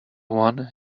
one